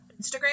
Instagram